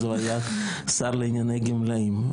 אז הוא היה שר לענייני גמלאים.